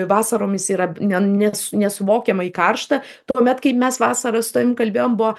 vasaromis yra ne nes nesuvokiamai karšta tuomet kai mes vasarą su tavim kalbėjom buvo